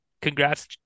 congrats